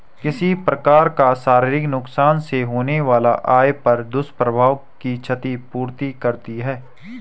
किसी प्रकार का शारीरिक नुकसान से होने वाला आय पर दुष्प्रभाव की क्षति पूर्ति करती है